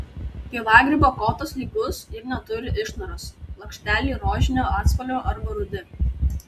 pievagrybio kotas lygus ir neturi išnaros lakšteliai rožinio atspalvio arba rudi